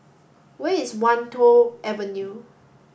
where is Wan Tho Avenue